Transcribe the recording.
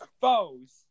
foes